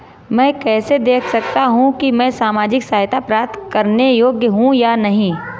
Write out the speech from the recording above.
मैं कैसे देख सकता हूं कि मैं सामाजिक सहायता प्राप्त करने योग्य हूं या नहीं?